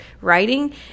writing